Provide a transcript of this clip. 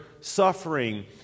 suffering